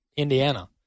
Indiana